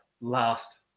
last